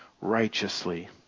righteously